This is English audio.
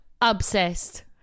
obsessed